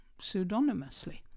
pseudonymously